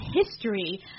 history